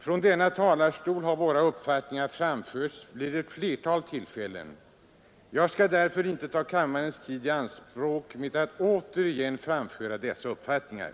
Från denna talarstol har våra uppfattningar framförts vid ett flertal tillfällen. Jag skall därför inte ta kammarens tid i anspråk med att återigen framföra dessa uppfattningar.